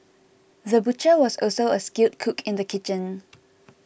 the butcher was also a skilled cook in the kitchen